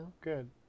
Good